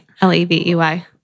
l-e-v-e-y